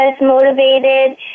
motivated